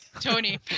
Tony